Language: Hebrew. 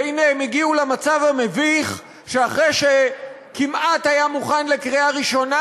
והנה הם הגיעו למצב המביך שאחרי שכמעט היה מוכן לקריאה ראשונה,